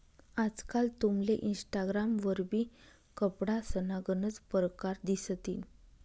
आजकाल तुमले इनस्टाग्राम वरबी कपडासना गनच परकार दिसतीन